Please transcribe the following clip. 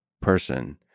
person